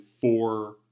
four